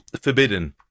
forbidden